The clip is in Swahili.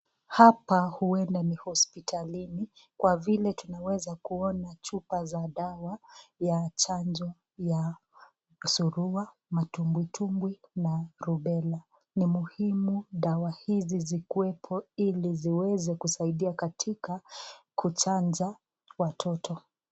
Hapa hueda ni hospitalini kwa vile tunaweza kuona chupa za dawa ya chanjo ya surua, matumbwitumbwi na rubela. Ni muhimu dawa hizi zikuwepo ili ziweze kusaidia katika kuchanja watoto.